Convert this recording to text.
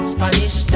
Spanish